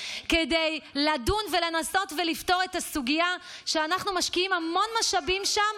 כדי לדון ולנסות ולפתור את הסוגיה שאנחנו משקיעים המון משאבים שם,